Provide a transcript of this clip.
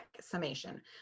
summation